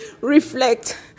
reflect